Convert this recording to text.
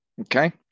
Okay